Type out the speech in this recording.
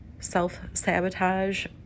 self-sabotage